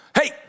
hey